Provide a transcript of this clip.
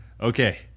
Okay